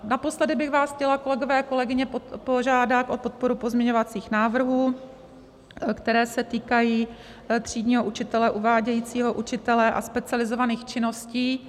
Naposledy bych vás chtěla, kolegové, kolegyně, požádat o podporu pozměňovacích návrhů, které se týkají třídního učitele, uvádějícího učitele a specializovaných činností.